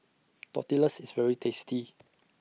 Tortillas IS very tasty